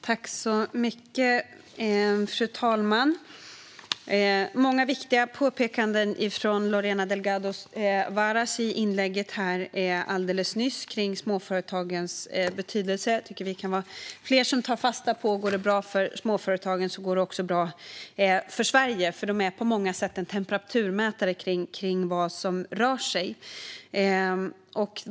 Fru talman! Det var många viktiga påpekanden från Lorena Delgado Varas i hennes inlägg om småföretagens betydelse. Jag tycker att det är något för fler att ta fasta på: Om det går bra för småföretagen går det också bra för Sverige. De är på många sätt en temperaturmätare av vad som rör sig.